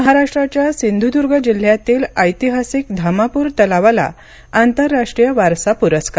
महाराष्ट्राच्या सिंधुदुर्ग जिल्ह्यातील ऐतिहासिक धामापूर तलावाला आंतरराष्ट्रीय वारसा पुरस्कार